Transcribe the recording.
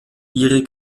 ihre